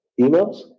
emails